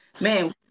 Man